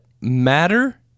matter